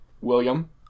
William